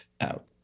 out